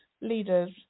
leaders